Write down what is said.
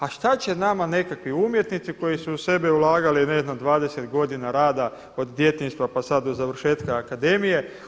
A šta će nama nekakvi umjetnici koji su u sebe ulagali ne znam 20 godina rada od djetinjstva pa sad do završetka akademije.